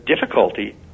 difficulty